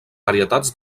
varietats